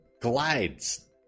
glides